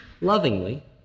lovingly